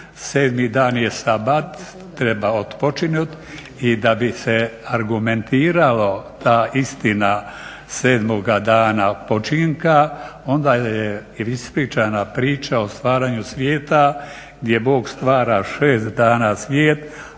sedmi dan je sabat, treba otpočinuti i da bi se argumentiralo ta istina sedmoga dana počinka, onda je ispričana priča o stvaranju svijeta gdje Bog stvara šest dana svijet